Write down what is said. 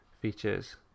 features